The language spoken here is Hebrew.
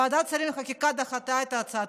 ועדת השרים לחקיקה דחתה את ההצעה,